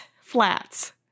flats